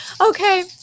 Okay